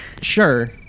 Sure